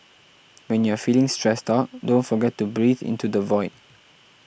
when you are feeling stressed out don't forget to breathe into the void